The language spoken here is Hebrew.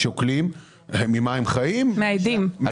מן האדים.